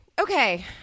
okay